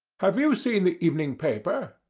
have you seen the evening paper?